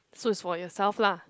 so it's for yourself lah